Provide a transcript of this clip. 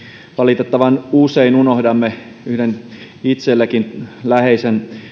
valitettavan usein unohdamme yhden itsellenikin läheisen